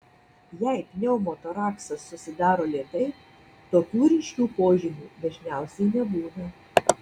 jei pneumotoraksas susidaro lėtai tokių ryškių požymių dažniausiai nebūna